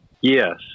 Yes